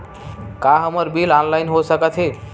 का हमर bill online हो सकत हे?